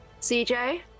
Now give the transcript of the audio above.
CJ